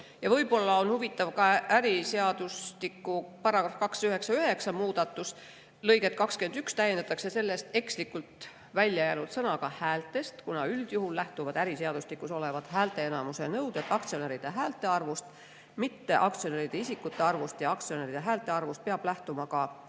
Ja võib-olla on huvitav ka äriseadustiku § 299 muudatus: lõiget 21täiendatakse sellest ekslikult välja jäänud sõnaga "häältest", kuna üldjuhul lähtuvad äriseadustikus olevad häälteenamuse nõuded aktsionäride häälte arvust, mitte aktsionäride isikute arvust, ja aktsionäride häälte arvust peab lähtuma ka